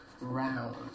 round